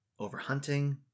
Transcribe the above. Overhunting